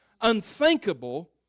unthinkable